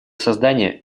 создания